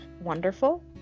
wonderful